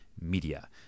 media